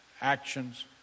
actions